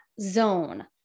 zone